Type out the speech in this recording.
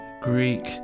Greek